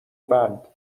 بند